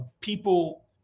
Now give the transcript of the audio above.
people